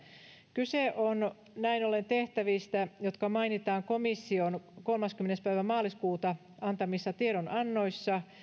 kyse on näin ollen tehtävistä jotka mainitaan komission kolmaskymmenes päivä maaliskuuta antamissa tiedonannoissa